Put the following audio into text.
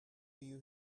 you